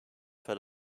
fell